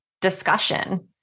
discussion